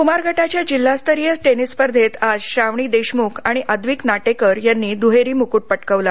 क्मार गटाच्या जिल्हास्तरीय टेनिस स्पर्धेत आज श्रावणी देशमुख आणि आद्विक नाटेकर यांनी दुहेरी मुक्रुट पटकावला